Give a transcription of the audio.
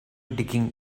digging